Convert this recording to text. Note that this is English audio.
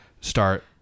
start